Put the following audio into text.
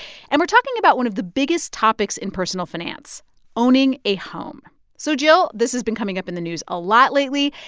and we're talking about one of the biggest topics in personal finance owning a home. so, jill, this has been coming up in the news a lot lately.